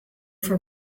for